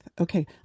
okay